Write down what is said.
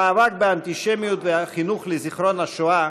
המאבק באנטישמיות והחינוך לזיכרון השואה